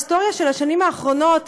ההיסטוריה של השנים האחרונות,